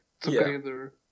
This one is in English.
together